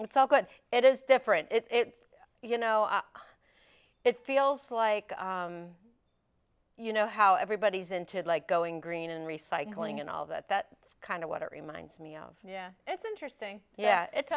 it's all good it is different it's you know it feels like you know how everybody's into it like going green and recycling and all that that's kind of what it reminds me of yeah it's interesting yeah it